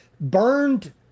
burned